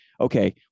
okay